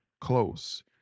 close